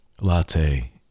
latte